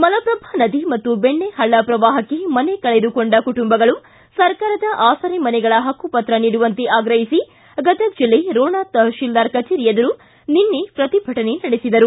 ಮಲಪ್ರಭಾ ನದಿ ಹಾಗೂ ಬೆಣ್ಣೆಪಳ್ಳ ಪ್ರವಾಹಕ್ಕೆ ಮನೆ ಕಳೆದುಕೊಂಡ ಕುಟುಂಬಗಳು ಸರ್ಕಾರದ ಆಸರೆ ಮನೆಗಳ ಹಕ್ಕು ಪತ್ರ ನೀಡುವಂತೆ ಆಗ್ರಹಿಸಿ ಗದಗ್ ಜಿಲ್ಲೆ ರೋಣ ತಹಶಿಲ್ದಾರ್ ಕಚೇರಿ ಎದುರು ನಿನ್ನೆ ಪ್ರತಿಭಟನೆ ನಡೆಸಿದರು